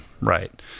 Right